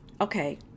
Okay